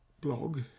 blog